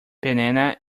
banana